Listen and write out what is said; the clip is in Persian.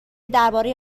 درباره